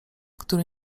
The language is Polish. który